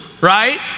right